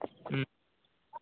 হুম